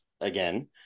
again